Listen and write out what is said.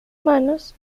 manos